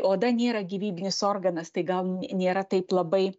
oda nėra gyvybinis organas tai gal nėra taip labai